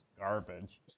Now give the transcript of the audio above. garbage